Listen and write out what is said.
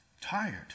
tired